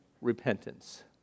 repentance